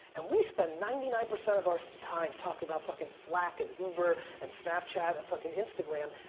and we spend ninety nine percent of our time talking about fucking slack and uber and snapchat and fucking instagram.